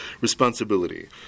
responsibility